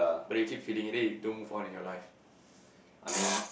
but they keep feeling it then you don't move on in your life so